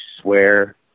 swear